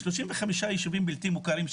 35 יישובים בלתי מוכרים,